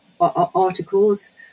articles